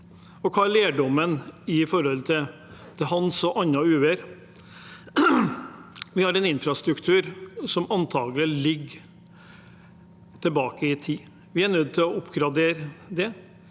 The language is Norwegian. Og hva er lærdommen fra «Hans» og annet uvær? Jo, vi har en infrastruktur som antakelig ligger tilbake i tid. Vi er nødt til å oppgradere den.